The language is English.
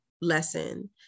lesson